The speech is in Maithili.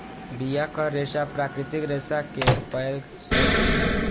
बियाक रेशा प्राकृतिक रेशा केर पैघ स्रोत छियै